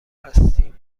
هستیم